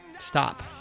stop